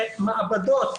ומעבדות,